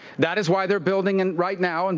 that is why they're building an right now, and